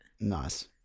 Nice